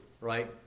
right